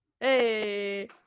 hey